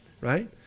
right